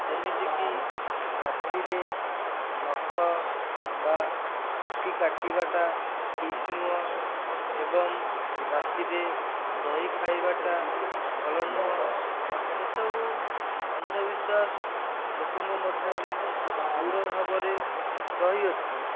ଯେମିତିକି ରାତିରେ ନଖ ବା ଚୁଟି କାଟିବାଟା ଠିକ ନୁହଁ ଏବଂ ରାତିରେ ଦହି ଖାଇବାଟା ଭଲ ନୁହେଁ ଏସବୁ ଅନ୍ଧବିଶ୍ୱାସ ଲୋକଙ୍କ ମଧ୍ୟରେ ଦୃଢ଼ ଭାବରେ ରହିଅଛି